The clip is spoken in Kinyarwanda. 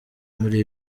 muri